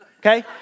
okay